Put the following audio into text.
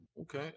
Okay